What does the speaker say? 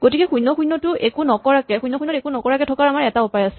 গতিকে ০ ০ ত একো নকৰাকে থকাৰ আমাৰ এটা উপায় আছে